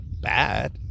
bad